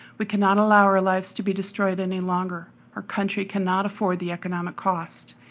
we cannot allow our lives to be destroyed any longer. our country cannot afford the economic cost.